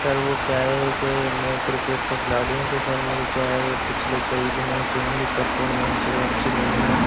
sir वो क्या है कि मैं क्रिकेट का खिलाड़ी हूँ तो सर मेरे क्या है पिछले कई दिनो से मेरी परफ़ॉरमेंस है वो अच्छी नहीं हैं